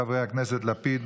חברי הכנסת לפיד,